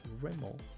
Rimmel